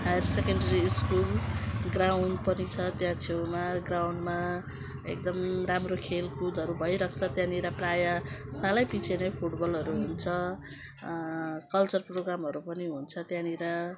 higher secondary school ground पनि छ त्यहाँ छेउमा ग्राउन्डमा एकदम राम्रो खेलकुदहरू भइरहन्छ त्यहाँनिर प्रायः सालैपछि नै फुटबलहरू हुन्छ कल्चर प्रोगामहरू पनि हुन्छ त्यहाँनिर